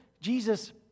Jesus